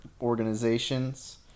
organizations